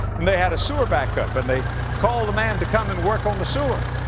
and they had a sewer backup and they called the man to come and work on the sewer.